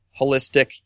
holistic